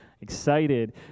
excited